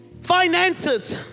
Finances